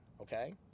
okay